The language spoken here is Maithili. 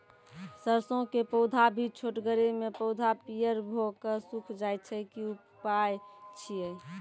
सरसों के पौधा भी छोटगरे मे पौधा पीयर भो कऽ सूख जाय छै, की उपाय छियै?